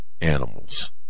animals